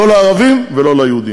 לא לערבים ולא ליהודים.